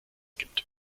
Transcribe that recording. gibt